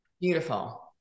Beautiful